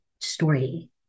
story